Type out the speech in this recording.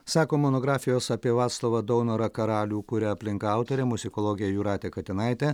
sako monografijos apie vaclovą daunorą karalių kuria aplinka autorė muzikologė jūratė katinaitė